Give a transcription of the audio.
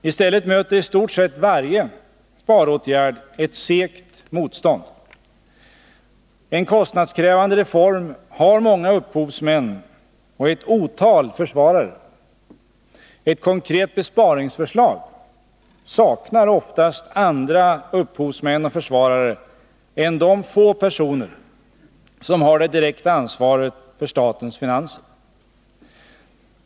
I stället möter i stort sett varje sparåtgärd ett segt motstånd. En kostnadskrävande reform har många upphovsmän och ett otal försvarare. Ett konkret besparingsförslag saknar oftast andra upphovsmän och försvarare än de få personer som har det direkta ansvaret för statens finanser.